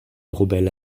rebelles